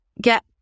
get